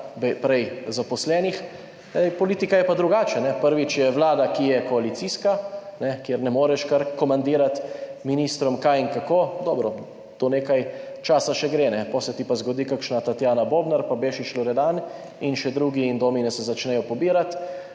prej zaposlenih. Politika je pa drugačna. Prvič je vlada, ki je koalicijska, kjer ne moreš kar komandirati ministrom, kaj in kako, dobro to nekaj časa še gre, potem se ti pa zgodita kakšna Tatjana Bobnar pa Bešič Loredan in še drugi in domine se začnejo podirati.